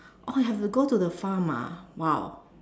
oh have to go to the farm ah !wow!